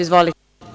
Izvolite.